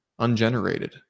ungenerated